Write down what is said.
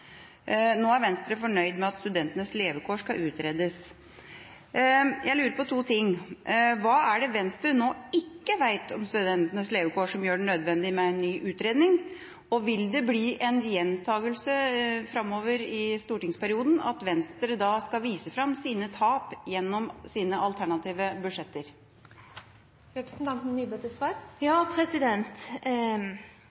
Nå er Venstre fornøyd med at studentenes levekår skal utredes. Jeg lurer på to ting: Hva er det Venstre nå ikke vet om studentenes levekår, som gjør det nødvendig med en ny utredning? Vil det bli en gjentagelse framover i stortingsperioden at Venstre skal vise fram sine tap gjennom sine alternative